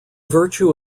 virtue